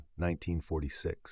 1946